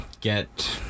get